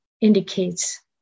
indicates